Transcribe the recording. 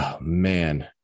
Man